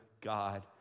God